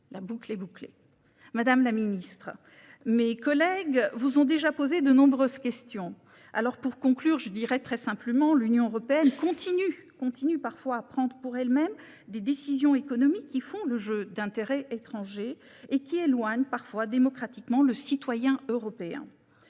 Madame la secrétaire d'État, mes collègues vous ont déjà posé de nombreuses questions. Aussi, pour conclure, je dirai simplement que l'Union européenne continue parfois de prendre pour elle-même des décisions économiques qui font le jeu d'intérêts étrangers et qui éloignent démocratiquement le citoyen européen.